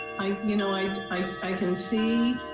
i you know i i i can see.